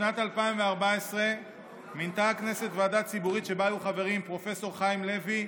בשנת 2014 מינתה הכנסת ועדה ציבורית שבה היו חברים פרופ' חיים לוי,